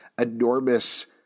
enormous